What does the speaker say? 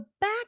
back